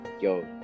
Yo